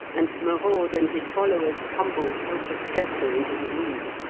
and merode and his followers tumbled helter-skelter into the room.